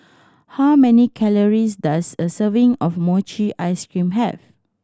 how many calories does a serving of mochi ice cream have